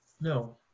No